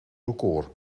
record